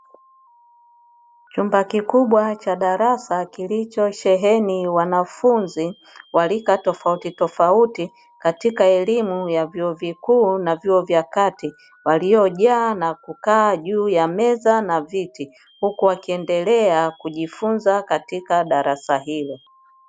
Chumba kikubwa cha darasa kilichosheheni wanafunzi wa rika tofauti tofauti katika elimu ya vyuo vikuu na vyuo vya kati, waliojaa na kukaa juu ya meza na viti huku wakiendelea kujifunza katika darasa hilo.